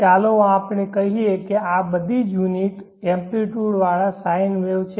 ચાલો આપણે કહીએ કે આ બધી જ યુનિટ એમ્પ્લીટયુડ વાળા sine વેવ છે